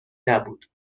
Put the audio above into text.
نبود